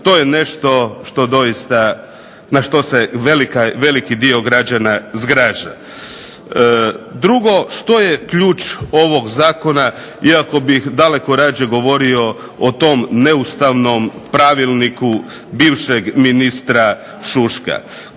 to je doista na što se veliki dio građana zgraža. Drugo. Što je ključ ovog zakona, iako bih dalje rađe govorio o tom neustavnom pravilniku bivšeg ministra Šuška.